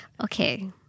Okay